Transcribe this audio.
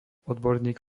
odborník